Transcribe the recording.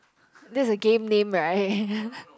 that's the game name right